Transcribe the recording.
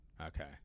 okay